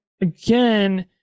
again